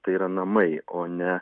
tai yra namai o ne